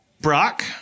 Brock